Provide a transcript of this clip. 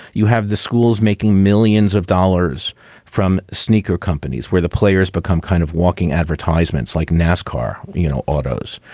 you have the schools making millions of dollars from sneaker companies where the players become kind of walking advertisments like nascar, you know, autos,